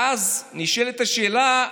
ואז נשאלת השאלה,